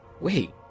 Wait